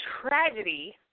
tragedy